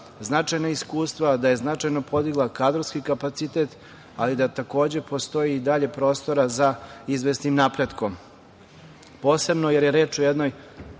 značajna iskustva, da je značajno podigla kadrovski kapacitet, ali da takođe postoji prostor za izvesnim napretkom, posebno jer je reč o jednoj